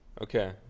Okay